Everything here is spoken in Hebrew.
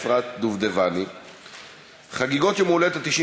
אפרת דובדבני: חגיגות יום ההולדת ה-90